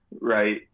Right